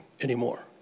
anymore